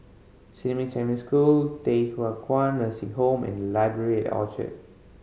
Xinmin Secondary School Thye Hua Kwan Nursing Home and Library at Orchard